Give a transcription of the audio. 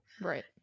Right